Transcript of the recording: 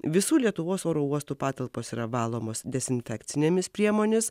visų lietuvos oro uostų patalpos yra valomos dezinfekcinėmis priemonėmis